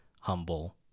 humble